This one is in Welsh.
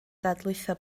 dadlwytho